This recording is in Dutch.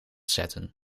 zetten